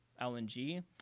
LNG